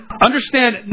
understand